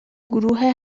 گروه